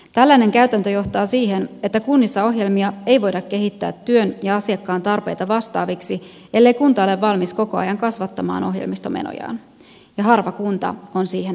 tällainen käytäntö johtaa siihen että kunnissa ohjelmia ei voida kehittää työn ja asiakkaan tarpeita vastaaviksi ellei kunta ole valmis koko ajan kasvattamaan ohjelmistomenojaan ja harva kunta on siihen valmis